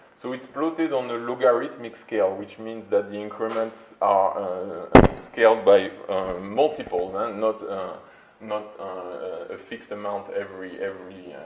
so it's plotted on the logarithmic scale, which means that the increments are scaled by multiples and not not a fixed amount every, every